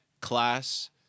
class—